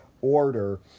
order